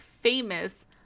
famous